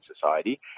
society